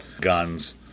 guns